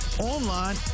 online